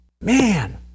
man